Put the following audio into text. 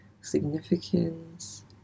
significance